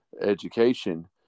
education